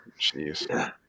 Jeez